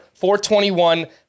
421